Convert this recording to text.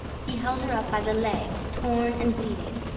he held her up by the leg torn and bleeding,